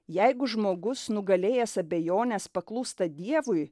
jeigu žmogus nugalėjęs abejones paklūsta dievui